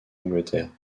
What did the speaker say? angleterre